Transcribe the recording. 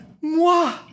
moi